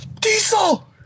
Diesel